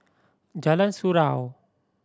Jalan Surau